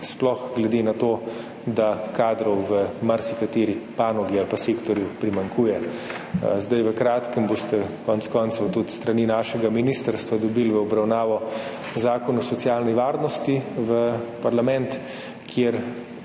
sploh glede na to, da kadrov v marsikateri panogi ali pa sektorju primanjkuje. V kratkem boste konec koncev tudi s strani našega ministrstva dobili v parlament v obravnavo Zakon o socialni varnosti, kjer,